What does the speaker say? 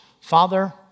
Father